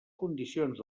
condicions